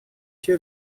tia